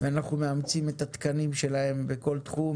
ואנחנו מאמצים את התקנים שלהם בכל תחום,